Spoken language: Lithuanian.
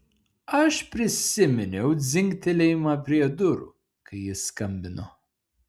aš prisiminiau dzingtelėjimą prie durų kai jis skambino